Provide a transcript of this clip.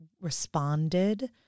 responded